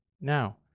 Now